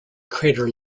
crater